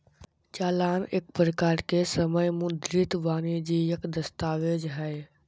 चालान एक प्रकार के समय मुद्रित वाणिजियक दस्तावेज हय